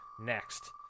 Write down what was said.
next